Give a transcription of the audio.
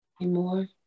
anymore